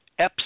EPS